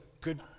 good